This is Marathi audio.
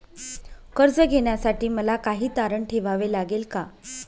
कर्ज घेण्यासाठी मला काही तारण ठेवावे लागेल का?